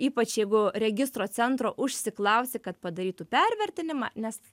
ypač jeigu registro centro užsiklausi kad padarytų pervertinimą nes